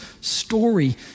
story